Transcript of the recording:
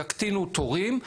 יקטינו תורים.